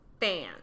fans